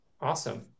Awesome